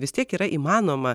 vis tiek yra įmanoma